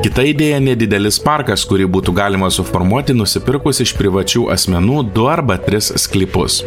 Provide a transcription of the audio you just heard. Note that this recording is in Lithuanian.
kita idėja nedidelis parkas kurį būtų galima suformuoti nusipirkus iš privačių asmenų du arba tris sklypus